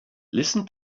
listen